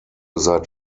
seit